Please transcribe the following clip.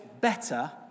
better